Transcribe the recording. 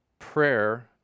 Prayer